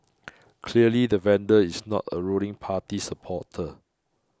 clearly the vandal is not a ruling party supporter